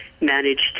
managed